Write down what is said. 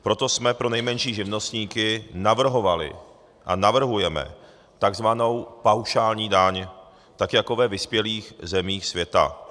Proto jsme pro nejmenší živnostníky navrhovali a navrhujeme takzvanou paušální daň, tak jako ve vyspělých zemích světa.